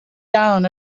down